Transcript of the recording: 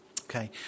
Okay